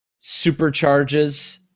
supercharges